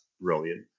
brilliant